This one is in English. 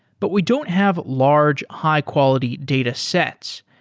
but we don't have large, high-quality datasets.